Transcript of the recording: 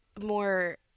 more